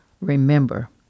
remember